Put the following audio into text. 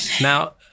Now